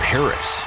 Paris